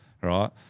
right